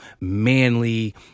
manly